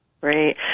Great